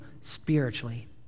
spiritually